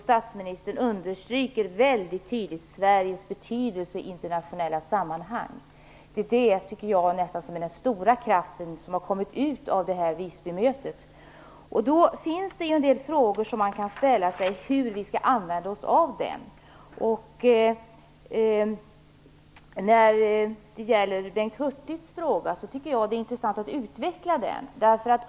Statsministern underströk också tydligt Sveriges betydelse i internationella sammanhang. Det är den stora kraften som kommit av Visbymötet. Man kan då fråga sig hur vi skall använda oss av den kraften. Jag tycker det vore intressant att utveckla Bengt Hurtigs fråga.